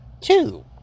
two